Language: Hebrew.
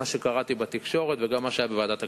מה שקראתי בתקשורת וגם מה שהיה בוועדת הכלכלה.